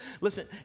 Listen